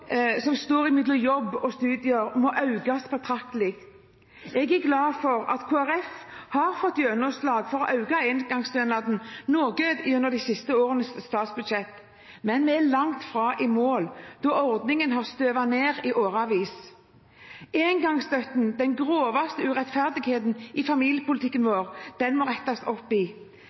som står mellom jobb og studier, må økes betraktelig. Jeg er glad for at Kristelig Folkeparti har fått gjennomslag for å øke engangsstønaden noe gjennom de siste årenes statsbudsjett, men vi er langt fra i mål, da ordningen har støvet ned i årevis. Engangsstøtten – den groveste urettferdigheten i familiepolitikken vår – må det rettes opp i.